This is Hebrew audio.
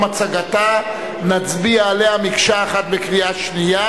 הצגתה נצביע עליה מקשה אחת בקריאה שנייה,